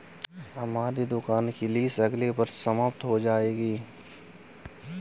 हमारी दुकान की लीस अगले वर्ष समाप्त हो जाएगी